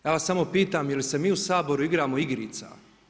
Ja vas samo pitam je li se mi u Saboru igramo igrica?